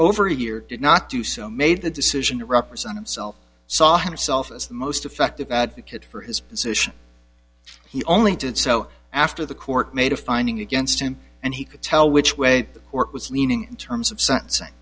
over a year did not do so made the decision to represent himself saw himself as the most effective advocate for his position he only did so after the court made a finding against him and he could tell which way the court was leaning in terms of sen